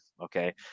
Okay